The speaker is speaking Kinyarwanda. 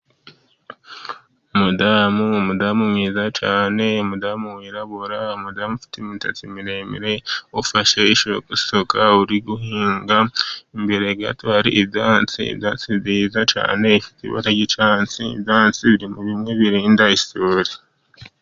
Umudamu umudamu mwiza cyane, umudamu wirabura, umudamu ufite imisatsi miremire, ufashe isuka uri guhinga, imbere gato hari ibyasibiri ibyatsi byiza cyane, ibyasibiri ni bimwe mu birinda isuri.